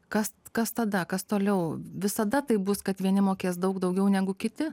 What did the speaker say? kas kas tada kas toliau visada taip bus kad vieni mokės daug daugiau negu kiti